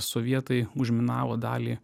sovietai užminavo dalį